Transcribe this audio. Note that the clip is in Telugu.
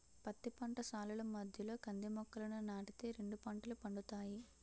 పత్తి పంట సాలుల మధ్యలో కంది మొక్కలని నాటి తే రెండు పంటలు పండుతాయి